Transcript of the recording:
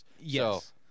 Yes